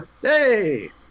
hey